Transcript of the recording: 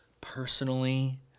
personally